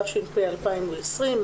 התש"ף 2020‏,